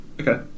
Okay